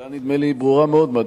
השאלה ברורה מאוד, נדמה לי.